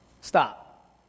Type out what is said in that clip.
stop